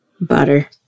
Butter